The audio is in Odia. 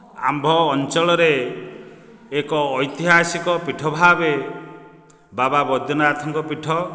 ଆମ୍ଭ ଅଞ୍ଚଳରେ ଏକ ଐତିହାସିକ ପିଠ ଭାବରେ ବାବା ବଦ୍ରୀନାଥଙ୍କ ପିଠ